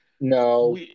No